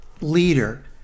leader